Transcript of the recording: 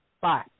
Bye